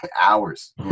hours